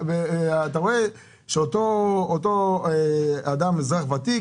ואתה רואה שאותו אזרח ותיק,